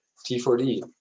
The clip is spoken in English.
T4D